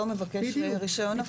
זה עבור אותו מבקש רישיון הפעלה.